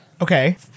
Okay